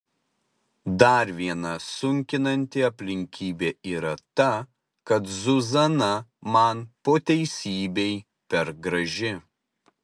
dar viena sunkinanti aplinkybė yra ta kad zuzana man po teisybei per graži